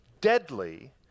deadly